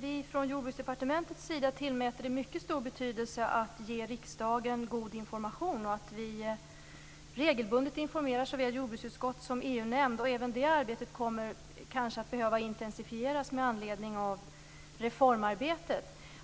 vi från Jordbruksdepartementets sida tillmäter det mycket stor betydelse att ge riksdagen god information och att vi regelbundet informerar såväl jordbruksutskott som EU-nämnd. Även det arbetet kommer kanske att behöva intensifieras med anledning av reformarbetet.